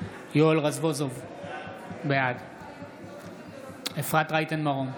יואל רזבוזוב, בעד אפרת רייטן מרום,